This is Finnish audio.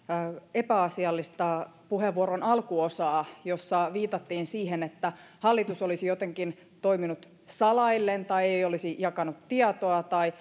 epäasiallista puheenvuoron alkuosaa jossa viitattiin siihen että hallitus olisi jotenkin toiminut salaillen tai ei olisi jakanut tietoa tai